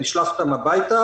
נשלח אותם הביתה?